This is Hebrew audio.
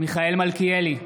מיכאל מלכיאלי,